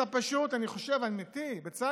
אתה פשוט, אני חושב, אני אמיתי, בצלאל.